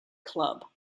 club